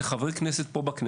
ובכך אני מתייחס לחברי הכנסת פה,